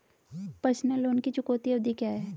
Personal loan की चुकौती अवधि क्या है?